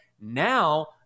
now